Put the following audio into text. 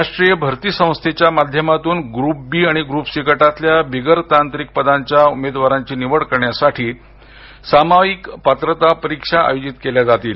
राष्ट्रीय भरती संस्थेच्या माध्यमातून ग्रुप बी आणि ग्रुप सी गटातल्या बिगर तांत्रिक पदांच्या उमेदवारांची निवड करण्यासाठी सामायिक पात्रता परीक्षा आयोजित केल्या जातील